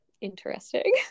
interesting